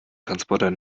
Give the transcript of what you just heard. transporter